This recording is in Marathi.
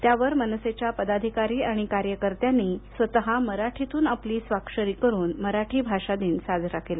त्यावर मनसेच्या पदाधिकारी आणि कार्यकर्त्यांनी स्वत मराठीतून आपली स्वाक्षरी करून मराठी भाषा दिन साजरा केला